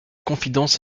confidences